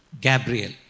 Gabriel